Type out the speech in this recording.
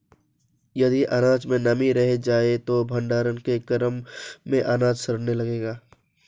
यदि अनाज में नमी रह जाए तो भण्डारण के क्रम में अनाज सड़ने लगेगा